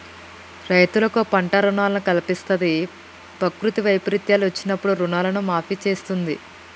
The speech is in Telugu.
రైతులకు పంట రుణాలను కల్పిస్తంది, ప్రకృతి వైపరీత్యాలు వచ్చినప్పుడు రుణాలను మాఫీ చేస్తుంది